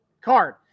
card